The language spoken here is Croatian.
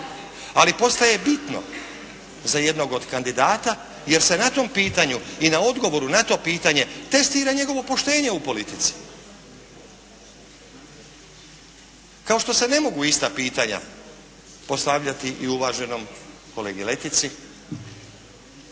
Ali postaje bitno za jednog od kandidata jer se na tom pitanju i na odgovoru na to pitanje testira njegovo poštenje u politici. Kao što se ne mogu ista pitanja postavljati i uvaženom kolegi Letici,